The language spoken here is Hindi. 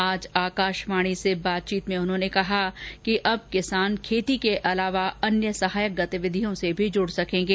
आज आकाशवाणी से बातचीत में उन्होंने कहा कि अब किसान खेती के अलावा अन्य सहायक गतिविधियों से भी जुड सकेंगे